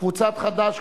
קבוצת חד"ש,